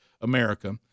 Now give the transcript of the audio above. America